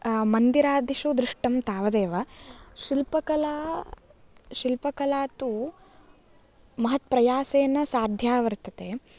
मन्दिरादिषु दृष्टं तावदेव शिल्पकला शिल्पकला तु महत्प्रयासेन साध्या वर्तते